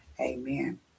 Amen